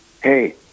hey